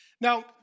Now